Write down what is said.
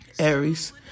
Aries